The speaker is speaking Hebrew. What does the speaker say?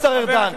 השר ארדן,